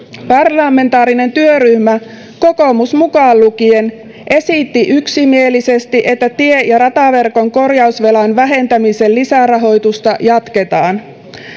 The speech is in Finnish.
parlamentaarinen työryhmä kokoomus mukaan lukien esitti yksimielisesti että tie ja rataverkon korjausvelan vähentämisen lisärahoitusta jatketaan